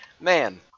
man